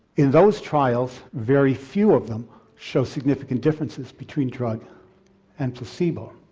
in those trials very few of them show significant differences between drug and placebo.